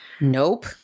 Nope